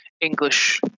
English